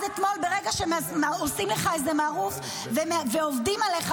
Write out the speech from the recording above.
אז אני, אדוני היושב-ראש, מפריעים לי, רק.